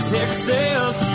Texas